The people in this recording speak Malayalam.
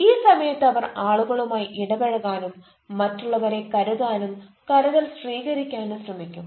ഈ സമയത്ത് അവർ ആളുകളുമായി ഇടപെഴകാനും മറ്റുള്ളവരെ കരുതാനും കരുതൽ സ്വീകരിക്കാനും ശ്രമിക്കും